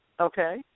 Okay